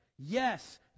Yes